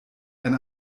ein